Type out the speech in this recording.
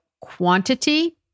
quantity